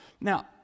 Now